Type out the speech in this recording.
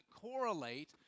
correlate